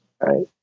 right